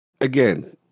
Again